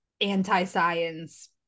anti-science